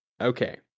Okay